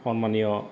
সন্মানীয়